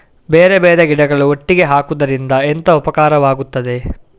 ಬೇರೆ ಬೇರೆ ಗಿಡಗಳು ಒಟ್ಟಿಗೆ ಹಾಕುದರಿಂದ ಎಂತ ಉಪಕಾರವಾಗುತ್ತದೆ?